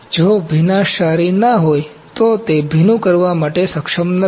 જો ભીનાશ સારી ન હોય તો તે ભીનું કરવા સક્ષમ નથી